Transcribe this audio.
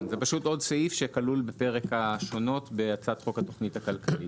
בחוק רישוי שירותים ומקצועות הענף הרכב,